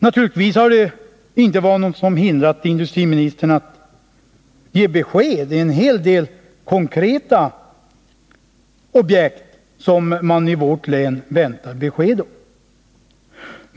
Naturligtvis hade ingenting hindrat industriministern att lämna information i en hel del konkreta frågor som man väntar besked om i vårt län.